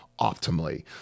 optimally